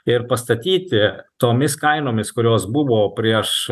ir pastatyti tomis kainomis kurios buvo prieš